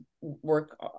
work